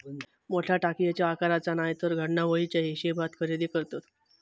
मोठ्या टाकयेच्या आकाराचा नायतर घडणावळीच्या हिशेबात खरेदी करतत